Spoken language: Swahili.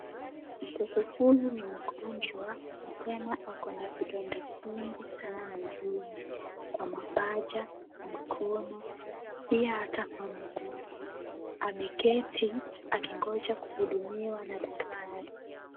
Mtoto huyu ni mgonjwa na tena ako na vidonda zingi sana mwilini, kwa mapaja, mkono, pia ata kwa mguu. Ameketi akingoja kuhudumiwa na daktari.